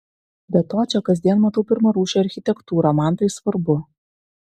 be to čia kasdien matau pirmarūšę architektūrą man tai svarbu